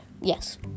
yes